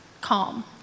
calm